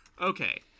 Okay